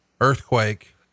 Earthquake